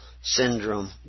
Syndrome